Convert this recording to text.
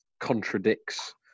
contradicts